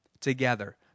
together